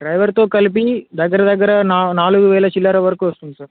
డ్రైవర్తో కలిపి దగ్గర దగ్గర నాలుగు వేల చిల్లర వరకు వస్తుంది సార్